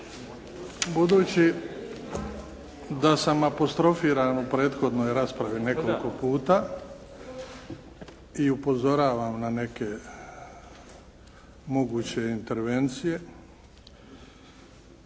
Budući da sam apostrofiran u prethodnoj raspravi nekoliko puta i upozoravan na neke moguće intervencije